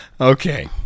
okay